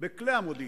בכלי המודיעין.